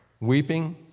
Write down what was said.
weeping